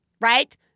right